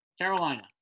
Carolina